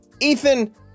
Ethan